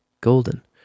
golden